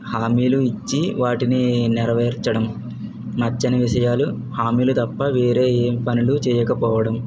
హామీలు ఇచ్చి వాటిని నెరవేర్చడం నచ్చని విషయాలు హామీలు తప్ప వేరే ఏం పనులు చేయకపోవడం